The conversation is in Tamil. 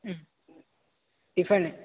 ம் டிஃபன்னு